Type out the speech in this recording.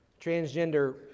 transgender